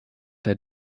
der